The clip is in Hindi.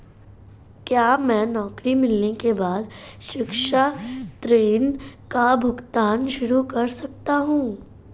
क्या मैं नौकरी मिलने के बाद शिक्षा ऋण का भुगतान शुरू कर सकता हूँ?